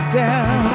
down